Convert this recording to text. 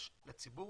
יש ציבור